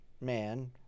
man